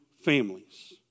families